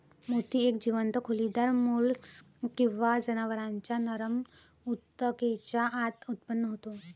मोती एक जीवंत खोलीदार मोल्स्क किंवा जनावरांच्या नरम ऊतकेच्या आत उत्पन्न होतो